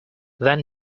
then